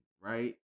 right